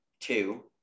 two